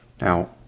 Now